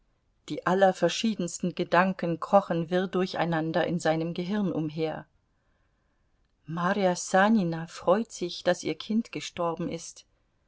die allerverschiedensten gedanken krochen wirr durcheinander in seinem gehirn umher marja sanina freut sich daß ihr kind gestorben ist